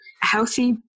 healthy